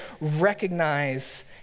recognize